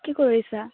কি কৰিছা